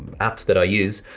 apps that i use,